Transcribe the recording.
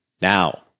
Now